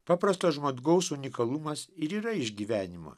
paprasto žmogaus unikalumas ir yra išgyvenimo